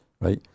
right